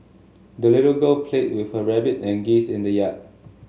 the little girl played with her rabbit and geese in the yard